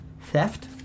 Theft